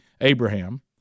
Abraham